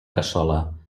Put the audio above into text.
cassola